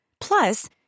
Plus